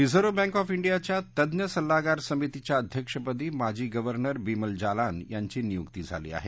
reserve bank of ाँडियाच्या तज्ञ सल्लागार समितीच्या अध्यक्षपदी माजी गर्व्हनर बिमल जालान यांची नियुक्ती झाली आहे